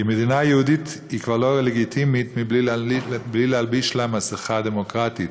כי מדינה יהודית היא לא לגיטימית בלי להלביש לה מסכה דמוקרטית.